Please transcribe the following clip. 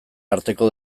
arteko